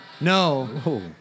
no